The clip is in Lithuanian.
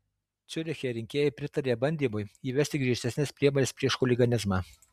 ciuriche rinkėjai pritarė bandymui įvesti griežtesnes priemones prieš chuliganizmą